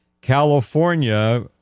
california